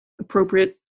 appropriate